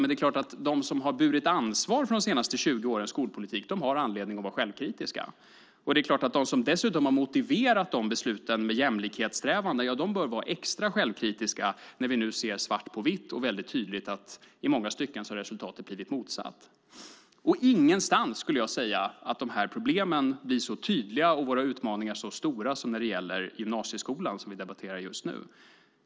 Men det är klart att de som har burit ansvar för de senaste 20 årens skolpolitik har anledning att vara självkritiska. De som dessutom har motiverat de besluten med jämlikhetssträvanden bör vara extra självkritiska när vi nu ser svart på vitt och väldigt tydligt att i många stycken har resultatet blivit motsatt. Ingenstans blir de problemen så tydliga och våra utmaningar så stora som när det gäller gymnasieskolan, som vi debatterar just nu.